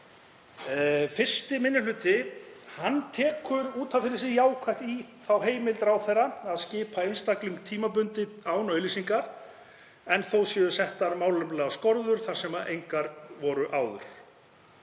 Fyrsti minni hluti tekur út af fyrir sig jákvætt í þá heimild ráðherra að skipa einstakling tímabundið án auglýsingar, en þó séu settar málefnalegar skorður þar sem engar voru áður.